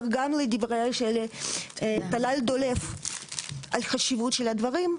גם לדבריה של טלל דולב על חשיבות של הדברים.